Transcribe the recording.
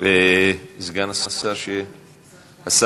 סגן השר, שיהיה פה.